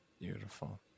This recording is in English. Beautiful